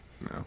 No